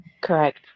Correct